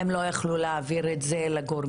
הם לא יכלו להעביר את זה לגורמים,